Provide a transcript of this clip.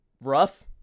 rough